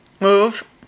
Move